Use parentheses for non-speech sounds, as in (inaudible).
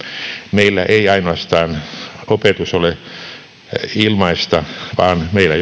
meillä ei opetus ole ainoastaan ilmaista vaan meillä (unintelligible)